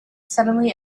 suddenly